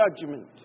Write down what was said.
judgment